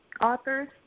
authors